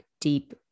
deep